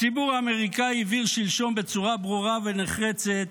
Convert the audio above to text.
הציבור האמריקני הבהיר שלשום בצורה ברורה ונחרצת